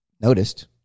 noticed